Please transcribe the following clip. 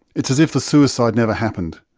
it's as if the suicide never happened.